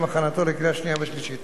לשם הכנתו לקריאה שנייה ושלישית.